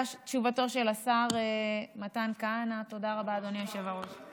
תודה, אדוני היושב-ראש.